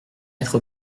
être